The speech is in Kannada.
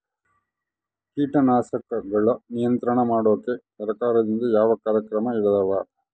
ಕೇಟನಾಶಕಗಳ ನಿಯಂತ್ರಣ ಮಾಡೋಕೆ ಸರಕಾರದಿಂದ ಯಾವ ಕಾರ್ಯಕ್ರಮ ಇದಾವ?